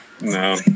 No